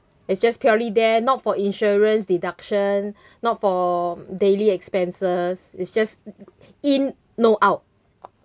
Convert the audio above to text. it's just purely there not for insurance deduction not for daily expenses it's just in no out